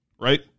Right